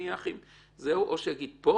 או שיגיד פה